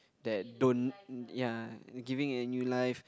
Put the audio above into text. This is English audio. that don't ya giving a new life